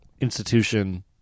institution